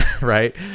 right